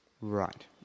Right